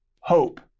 hope